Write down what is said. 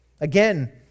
Again